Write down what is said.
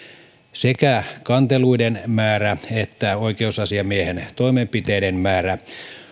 sekä kanteluiden määrä että oikeusasiamiehen toimenpiteiden määrä